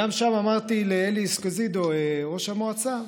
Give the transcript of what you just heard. גם שם אמרתי לאלי אסקוזידו, ראש המועצה,